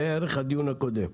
ראה ערך הדיון הקודם.